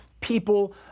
people